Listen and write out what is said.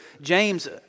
James